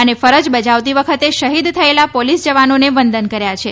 અને ફરજ બજાવતી વખતે શહીદ થયેલા પોલીસ જવાનોને વંદન કર્યા છે